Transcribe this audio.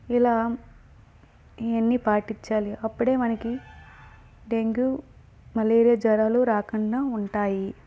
ఇలా ఇవన్ని పాటించాలి అప్పుడే మనకి డెంగ్యూ మలేరియా జ్వరాలు రాకుండా ఉంటాయి